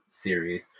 series